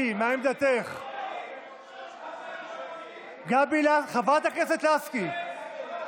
אני עומדת כאן לפניכם ומבקשת מכם לחשוב על כל אותם ילדים וילדות,